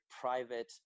private